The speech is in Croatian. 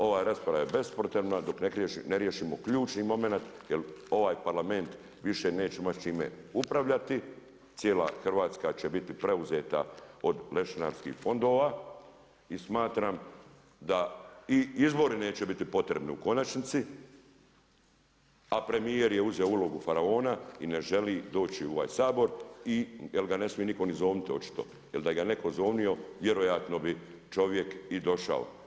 Ova rasprava je bespotrebna dok ne riješimo ključni momenat, jer ovaj Parlament više neće neće moći s čime upravljati, cijela Hrvatska će biti preuzeta od lešinarskih fondova i smatram da i izbori neće biti potrebni u konačnici, a premjer je uzeo ulogu faraona i ne želi ući u ovaj Sabor, i jer ga ne smije nitko ni zovnuti očito, jer ga je netko zovino vjerojatno bi čovjek i došao.